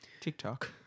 TikTok